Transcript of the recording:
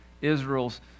Israel's